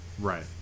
Right